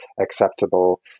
acceptable